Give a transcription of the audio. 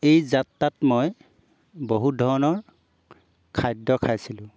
এই যাত্ৰাত মই বহুত ধৰণৰ খাদ্য খাইছিলোঁ